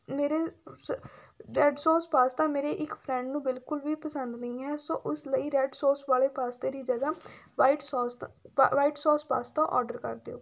ਮੇਰੇ ਸ red sauce pasta ਮੇਰੇ ਇੱਕ ਫਰੈਂਡ ਨੂੰ ਬਿਲਕੁਲ ਵੀ ਪਸੰਦ ਨਹੀਂ ਹੈ ਸੋ ਉਸ ਲਈ ਰੈੱਡ ਸੋਸ ਵਾਲੇ ਪਾਸਤੇ ਦੀ ਜਗ੍ਹਾ white sauce the white sauce pasta order ਕਰ ਦਿਓ